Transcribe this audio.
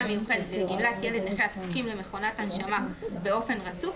מיוחדת ולגמלת ילד נכה הזקוקים למכונת הנשמה באופן רצוף."